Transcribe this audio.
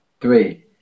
three